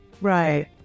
right